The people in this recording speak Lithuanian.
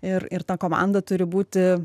ir ir ta komanda turi būti